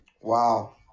Wow